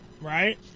Right